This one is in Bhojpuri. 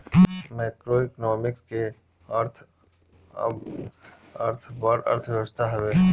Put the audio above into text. मैक्रोइकोनॉमिक्स के अर्थ बड़ अर्थव्यवस्था हवे